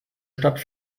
stadt